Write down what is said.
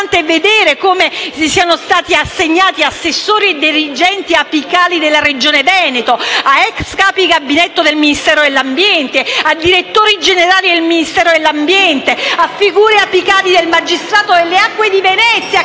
Importante è vedere come siano stati assegnati ad assessori e dirigenti apicali della Regione Veneto, a *ex* capi gabinetto del Ministro dell'ambiente, a direttori generali del Ministero dell'ambiente, a figure apicali del magistrato delle acque di Venezia,